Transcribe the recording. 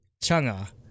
Chunga